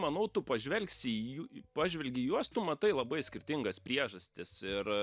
manau tu pažvelgsi į jų pažvelgi į juos tu matai labai skirtingas priežastis ir